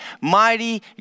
mighty